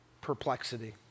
perplexity